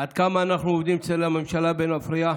עד כמה אנחנו עובדים אצל הממשלה באין מפריע,